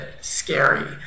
scary